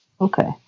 Okay